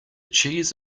cheese